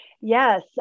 yes